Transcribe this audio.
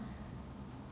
mm